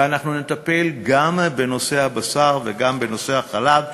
ואנחנו נטפל גם בנושא הבשר וגם בנושא החלב,